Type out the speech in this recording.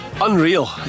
unreal